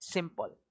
Simple